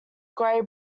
grey